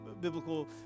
biblical